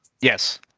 yes